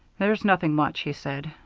there's nothing much, he said.